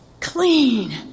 clean